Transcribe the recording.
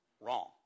Wrong